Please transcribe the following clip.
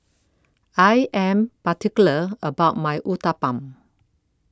I Am particular about My Uthapam